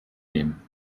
nehmen